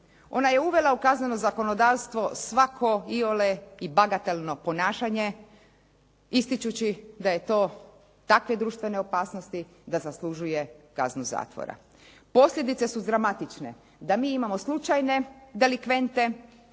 Ona je uvela u kazneno zakonodavstvo svako iole i bagatelno ponašanje, ističući da je to takve društvene opasnosti da zaslužuje kaznu zatvora. Posljedice su dramatične da mi imamo slučajne delikvente,